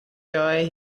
joy